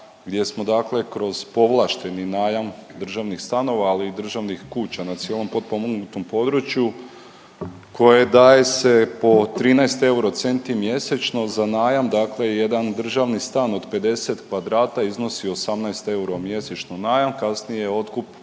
gdje smo dakle kroz povlašteni najam državnih stanova, ali i državnih kuća na cijelom potpomognutom području koje daje se po 13 euro centi mjesečno za najam, dakle jedan državni stan od 50 kvadrata iznosi 18 eura mjesečno najam, kasnije je otkup